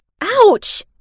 Ouch